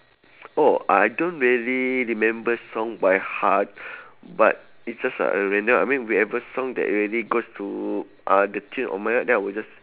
oh I don't really remember song by heart but it's just a a random I mean whichever song that really goes to uh the tune on my heart then I will just